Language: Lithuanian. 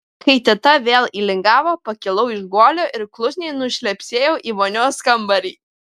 kai teta vėl įlingavo pakilau iš guolio ir klusniai nušlepsėjau į vonios kambarį